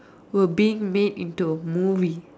were being made into a movie